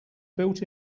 built